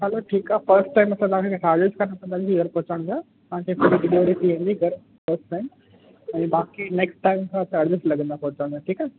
हलो ठीकु आहे first time असां तव्हांखे चार्जिस त न कंदासीं घर पहुंचाइण जा तव्हांखे घर डिलीवरी थी वेंदी घर फ़र्स्ट टाइम ऐं बाक़ी नेक्स्ट टाइम खां चार्जिस लॻंदा पहुचाइण जा ठीकु आहे